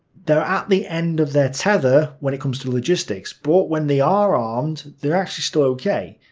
they are at the end of their tether when it comes to logistics, but when they are armed they're actually still ok.